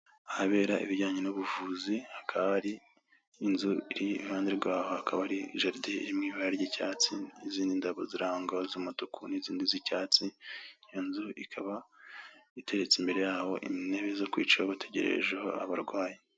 Ahabera ibijyanye nubuvuzi hakaba hari inzu iri iruhande rwaho, hakaba hari jaride iri mwibara ry'icyatsi nizindi ndabo z'umutuku nizindi z'icyatsi, iyonzu ikaba iteretse imbere yaho intebe zo kwicaraho bategererejeho abarwayi.